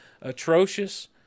atrocious